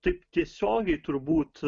taip tiesiogiai turbūt